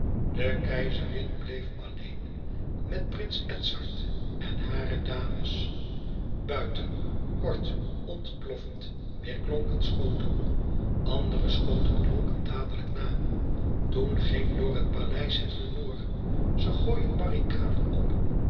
de keizerin bleef alleen met prins edzard en hare dames buiten kort ontploffend weêrklonken schoten andere schoten klonken dadelijk na toen ging door het paleis het rumoer ze gooien barrikaden op